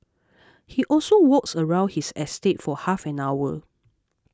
he also walks around his estate for half an hour